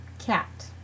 cat